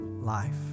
life